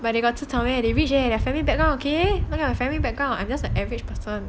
but they got 吃草 meh they rich okay got a family background okay what kind of family background I'm just an average person